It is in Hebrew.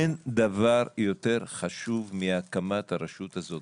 אין דבר יותר חשוב מהקמת הרשות הזאת,